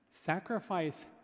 sacrifice